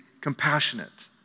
compassionate